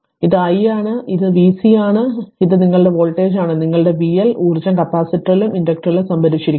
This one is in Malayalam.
ഇത് i ആണ് ഇത് v C ആണ് ഇത് നിങ്ങളുടെ വോൾട്ടേജാണ് നിങ്ങളുടെ v L ഊർജ്ജം കപ്പാസിറ്ററിലും ഇൻഡക്റ്ററിലും സംഭരിച്ചിരിക്കുന്നു